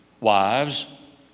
Wives